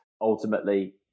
ultimately